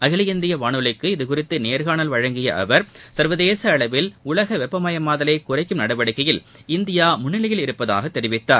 அகில இந்திய வானொலிக்கு இதுகுறித்து நேர்காணல் வழங்கிய அவர் சர்வதேச அளவில் உலக வெப்பமயமாதலை குறைக்கும் நடவடிக்கைகளில் இந்தியா முன்னிலையில் இருப்பதாக தெரிவித்தார்